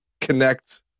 connect